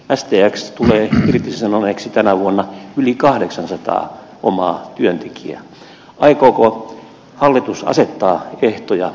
asteeksi sanoneeksi tänä vuonna yli kahdeksansataa omaa työntekijä aikooko hallitus asettaa ehtoja